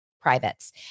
privates